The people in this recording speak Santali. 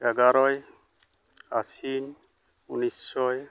ᱮᱜᱟᱨᱚᱭ ᱟᱥᱤᱱ ᱩᱱᱤᱥᱥᱚᱭ